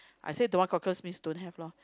I say don't want cockles means don't have lor